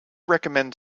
recommend